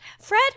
Fred